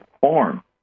form